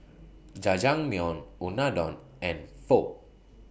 Jajangmyeon Unadon and Pho